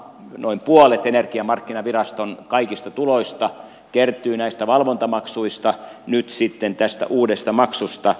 noin puolet energiamarkkinaviraston kaikista tuloista kertyy näistä valvontamaksuista nyt sitten tästä uudesta maksusta